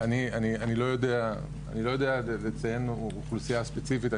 אני לא יודע לציין אוכלוסייה ספציפית,